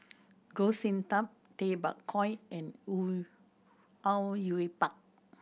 Goh Sin Tub Tay Bak Koi and Au Yue Pak